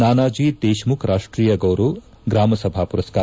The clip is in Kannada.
ನಾನಾಜಿ ದೇಶಮುಖ್ ರಾಷ್ಟೀಯ ಗೌರವ್ ಗ್ರಾಮಸಭಾ ಪುರಸ್ಕಾರ